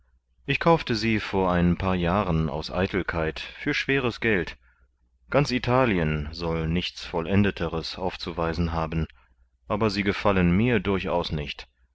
ich kaufte sie vor ein paar jahren aus eitelkeit für schweres geld ganz italien soll nichts vollendeteres aufzuweisen haben aber sie gefallen mir durchaus nicht